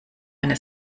eine